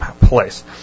Place